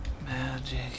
Magic